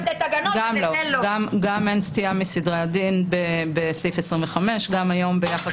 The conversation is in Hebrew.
אין סטייה מסדרי הדין בסעיף 25. גם היום ביחס